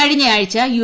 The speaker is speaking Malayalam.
കഴിഞ്ഞയാഴ്ച യു